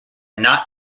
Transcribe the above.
not